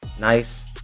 nice